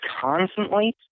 constantly